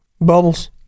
Bubbles